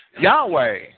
Yahweh